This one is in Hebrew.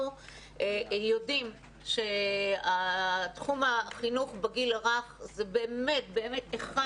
אנחנו יודעים שתחום החינוך בגיל הרך זה באמת באמת אחד